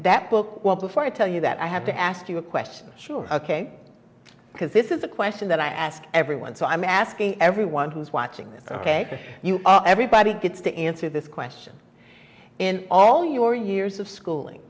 that book well before i tell you that i have to ask you a question sure ok because this is a question that i ask everyone so i'm asking everyone who's watching this ok everybody gets to answer this question in all your years of schooling